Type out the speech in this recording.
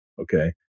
okay